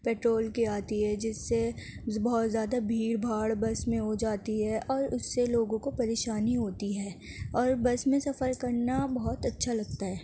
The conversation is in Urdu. پٹرول کی آتی ہے جس سے بہت زیادہ بھیڑ بھاڑ بس میں ہو جاتی ہے اور اُس سے لوگوں کو پریشانی ہوتی ہے اور بس میں سفر کرنا بہت اچھا لگتا ہے